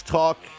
talk